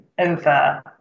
over